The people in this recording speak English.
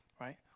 right